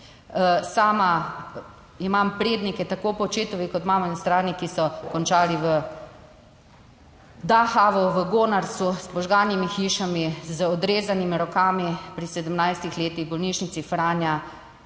Sama imam prednike, tako po očetovi kot mamini strani, ki so končali v Dachau, v Gonarsu, s požganimi hišami, z odrezanimi rokami, pri 17 letih v bolnišnici Franja